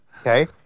Okay